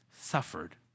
suffered